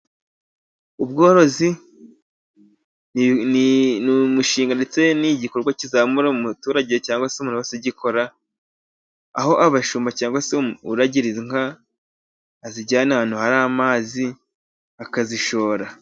Ubworozi ni umushinga ndetse ni igikorwa kizamura umuturage, cyangwa se umuntu wese ugikora, aho abashumba cyangwa uragira inka, azijyanye ahantu hari amazi akazishora.